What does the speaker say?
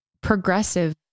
progressive